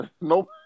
Nope